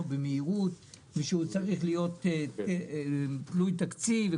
במהירות והוא צריך להיות תלוי תקציב.